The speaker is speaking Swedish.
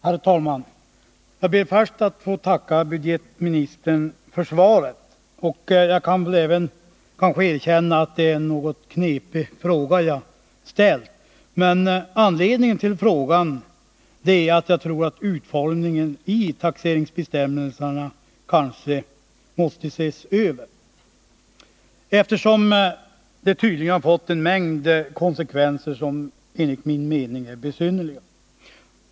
Herr talman! Jag ber först att få tacka budgetministern för svaret. Jag kan väl även erkänna att det är en något knepig fråga som jag har ställt. Anledningen till frågan är att jag tror att utformningen av taxeringsbestämmelserna måste ses över, eftersom den tydligen har fått en mängd konsekvenser som enligt min mening är besynnerliga.